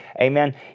Amen